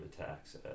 attacks